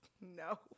no